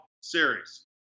Series